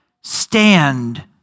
Stand